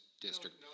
district